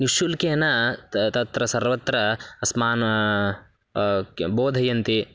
निःशुल्केन तत् तत्र सर्वत्र अस्मान् बोधयन्ति